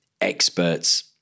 experts